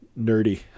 nerdy